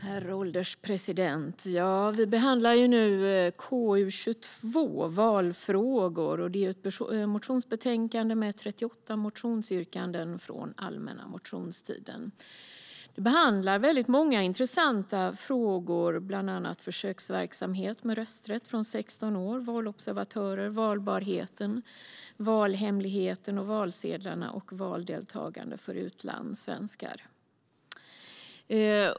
Herr ålderspresident! Vi behandlar nu KU22 Valfrågor . Det är ett motionsbetänkande med 38 motionsyrkanden från den allmänna motionstiden. Där behandlas många intressanta frågor, bland annat försöksverksamhet med rösträtt från 16 år, valobservatörer, valbarheten, valhemligheten och valsedlarna samt valdeltagande för utlandssvenskar.